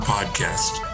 Podcast